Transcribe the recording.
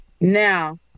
Now